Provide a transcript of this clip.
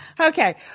Okay